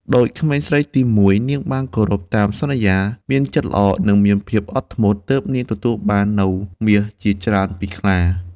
ដូចក្មេងស្រីទីមួយ នាងបានគោរពតាមសន្យា មានចិត្តល្អ និងមានភាពអត់ធ្មត់ ទើបនាងទទួលបាននូវមាសជាច្រើនពីខ្លា។